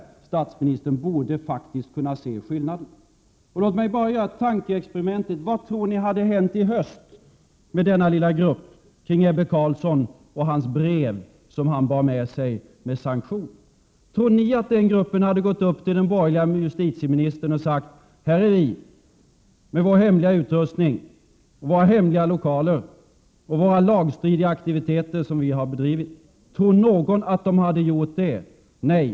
Statsministern borde kunna se skillnaden. Låt mig bara göra ett tankeexperiment. Vad tror ni hade hänt i höst med denna lilla grupp kring Ebbe Carlsson och med det sanktionsbrev som han bar på sig? Tänk om denna grupp hade gått upp till en borgerlig justitieminister och sagt: Här är vi som har hemlig utrustning och hemliga lokaler. Här är vi som har bedrivit lagstridiga aktiviteter. Tror någon att man hade gjort det? Svaret är nej.